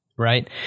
Right